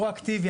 פרואקטיבי,